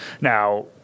Now